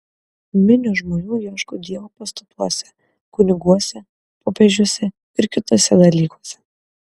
minios žmonių ieško dievo pastatuose kuniguose popiežiuose ir kituose dalykuose